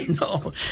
no